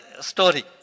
story